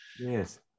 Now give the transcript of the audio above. yes